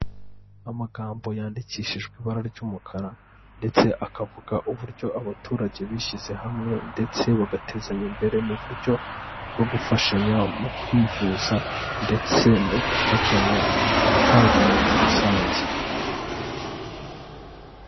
Amagambo yandikishijwe ibara ry'umukara ndetse akavuga uburyo abaturage bishyize hamwe ndetse bagatezanya imbere mu buryo bwo gufashanya mu kwivuza ndetse no gufatanya mu gutanga imiti rusange.